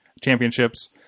championships